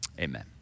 Amen